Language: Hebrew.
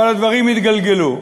אבל הדברים התגלגלו.